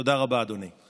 תודה רבה, אדוני.